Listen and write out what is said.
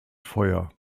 feuer